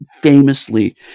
famously –